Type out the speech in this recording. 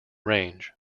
range